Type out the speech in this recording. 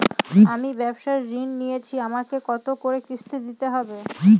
আমি ব্যবসার ঋণ নিয়েছি আমাকে কত করে কিস্তি দিতে হবে?